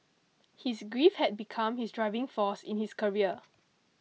his grief had become his driving force in his career